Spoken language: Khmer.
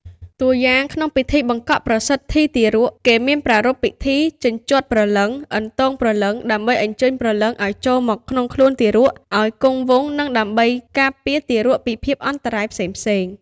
តួយ៉ាង ក្នុងពិធីបង្កក់ប្រសិទ្ធីទារក គេមានប្រារព្ធពិធី ជញ្ជាត់ព្រលឹង អន្ទងព្រលឹងដើម្បីអញ្ជើញព្រលឹងឱ្យចូលមកក្នុងខ្លួនទារកឱ្យគង់វង្ស និងដើម្បីការពារទារកពីភាពអន្តរាយផ្សេងៗ។